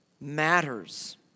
matters